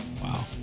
Wow